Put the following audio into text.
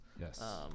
Yes